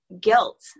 guilt